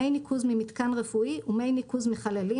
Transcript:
מי ניקוז ממיתקן רפואי ומי ניקוז מחללים